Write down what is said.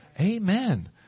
Amen